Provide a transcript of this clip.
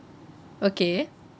okay